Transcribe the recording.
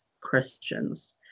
Christians